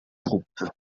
groupe